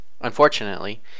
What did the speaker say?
Unfortunately